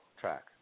track